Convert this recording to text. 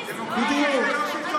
בדיוק.